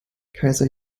kaiser